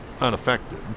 unaffected